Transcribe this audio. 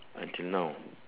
until now ah